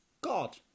God